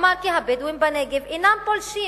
שאמר כי הבדואים בנגב אינם פולשים